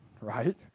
Right